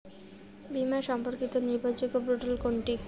বীমা সম্পর্কিত নির্ভরযোগ্য পোর্টাল কোনটি?